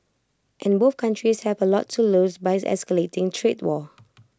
and both countries have A lot to lose by escalating trade war